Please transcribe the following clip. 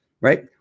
right